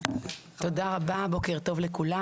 תודה רבה, בוקר טוב לכולם.